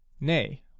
nay